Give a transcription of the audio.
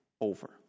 over